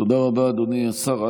תודה רבה, אדוני השר.